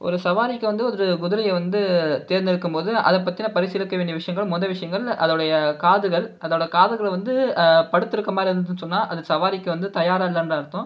ஒரு சவாரிக்கு வந்து ஒரு குதிரையை வந்து தேர்ந்தெடுக்கும் போது அதை பற்றின பரிசீலிக்க வேண்டிய விஷயங்கள் முதல் விஷயங்கள் அதோடய காதுகள் அதோடய காதுகள் வந்து படுத்திருக்கற மாதிரி இருந்துச்சுனு சொன்னால் அது சவாரிக்கு வந்து தயாராக இல்லைன்னு அர்த்தம்